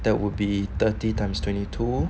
that would be thirty times twenty two